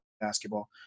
basketball